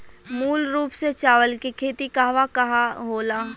मूल रूप से चावल के खेती कहवा कहा होला?